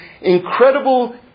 incredible